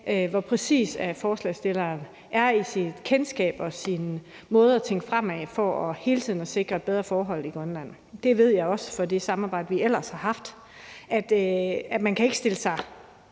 hvor præcis forslagsstilleren er i sit kendskab til det og i sin måde at tænke fremad på for hele tiden at sikre bedre forhold i Grønland. Det ved jeg også fra det samarbejde, vi ellers har haft. Man er simpelt